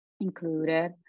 Included